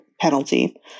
penalty